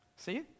See